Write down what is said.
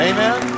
Amen